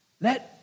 Let